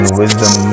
wisdom